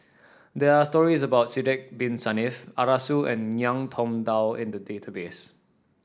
there are stories about Sidek Bin Saniff Arasu and Ngiam Tong Dow in the database